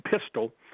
pistol